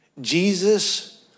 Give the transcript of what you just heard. Jesus